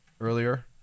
earlier